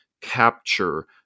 capture